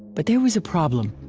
but there was a problem.